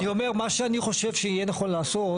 אני אתמול קיבלתי תשובה משרד החינוך,